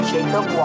Jacob